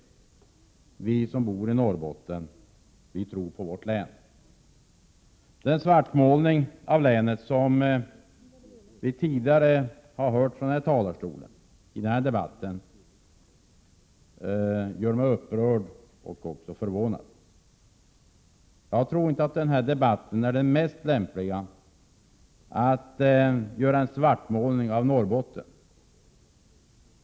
Vi som bor i Norrbotten tror på vårt län. Den svartmålning av länet som vi tidigare har fått del av från talarstolen i den här debatten gör mig upprörd och förvånad. Jag tycker inte det är lämpligt att i denna debatt göra en svartmålning av Norrbotten.